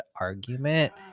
argument